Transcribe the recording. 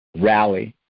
rally